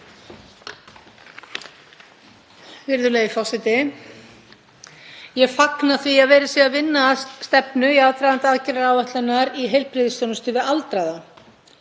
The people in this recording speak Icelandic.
Virðulegi forseti. Ég fagna því að verið sé að vinna að stefnu í aðdraganda aðgerðaáætlunar í heilbrigðisþjónustu við aldraða.